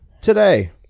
Today